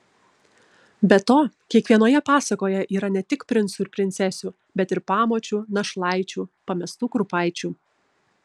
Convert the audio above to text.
be to kiekvienoje pasakoje yra ne tik princų ir princesių bet ir pamočių našlaičių pamestų kurpaičių